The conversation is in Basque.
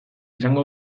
izango